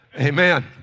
Amen